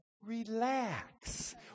Relax